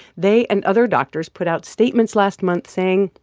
they and other doctors put out statements last month saying,